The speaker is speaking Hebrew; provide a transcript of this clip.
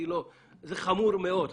זה חמור מאוד.